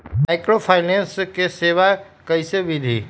Microfinance के सेवा कइसे विधि?